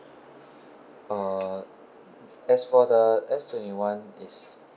uh as for the S twenty one is